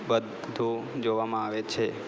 બધું જોવામાં આવે છે